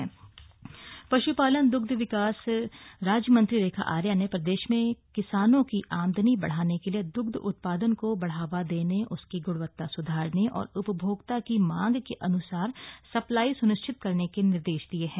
दुर्ध उत्पादन पश्पालन द्ग्ध विकास राज्यमंत्री रेखा आर्या ने प्रदेश में किसानों की आमदनी बढ़ाने के लिए द्रग्ध उत्पादन को बढ़ावा देने उसकी ग्णवत्ता सुधारने और उपभोक्ता की मांग के अन्सार सप्लाई सुनिश्चित करने के निर्देश दिये हैं